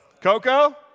Coco